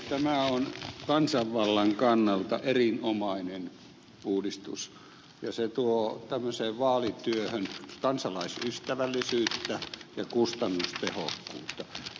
tämä on kansanvallan kannalta erinomainen uudistus ja tuo tämmöiseen vaalityöhön kansalaisystävällisyyttä ja kustannustehokkuutta